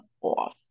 off